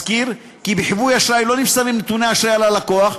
אזכיר כי בחיווי אשראי לא נמסרים נתוני אשראי על הלקוח,